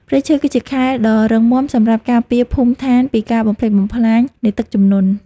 ព្រៃឈើគឺជាខែលដ៏រឹងមាំសម្រាប់ការពារភូមិឋានពីការបំផ្លិចបំផ្លាញនៃទឹកជំនន់។